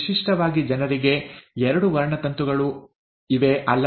ವಿಶಿಷ್ಟವಾಗಿ ಜನರಿಗೆ ಎರಡು ವರ್ಣತಂತುಗಳಿವೆ ಅಲ್ಲವೇ